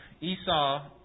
Esau